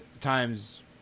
times